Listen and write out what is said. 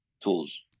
tools